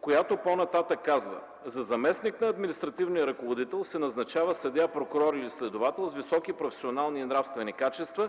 която по-нататък казва: „За заместник на административния ръководител се назначава съдия, прокурор или следовател с високи професионални и нравствени качества